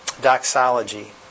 doxology